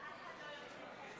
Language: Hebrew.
63, נגד החוק,